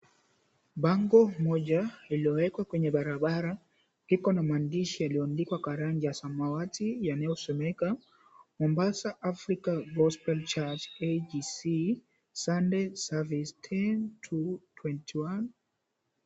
Bango moja iliyowekwa kwenye barabara. Kiko na maandishi yaliyoandikwa kwa rangi ya samawati yanayosomeka Mombasa Africa Gospel Church AGC, Sunday service 10 To 21.